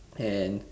and